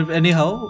anyhow